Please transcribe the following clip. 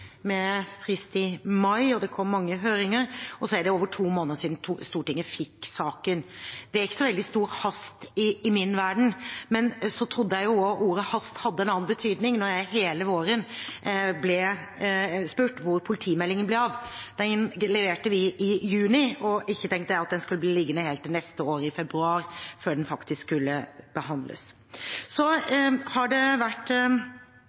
med frist i mai, det kom mange høringsuttalelser, og så er det over to måneder siden Stortinget fikk saken. Det er ikke så veldig stor hast i min verden, men så trodde jeg jo også at ordet «hast» hadde en annen betydning da jeg hele våren ble spurt om hvor politimeldingen ble av. Den leverte vi i juni, og ikke tenkte jeg at den skulle bli liggende helt til neste år, i februar, før den faktisk skulle behandles. Så har det vært